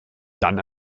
dann